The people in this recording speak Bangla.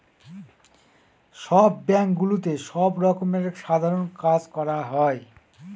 সব ব্যাঙ্কগুলোতে সব রকমের সাধারণ কাজ করা হয়